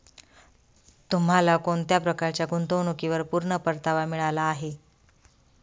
तुम्हाला कोणत्या प्रकारच्या गुंतवणुकीवर पूर्ण परतावा मिळाला आहे